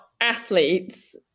athletes